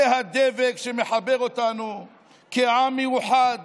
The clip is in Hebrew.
זה הדבק שמחבר אותנו כעם מאוחד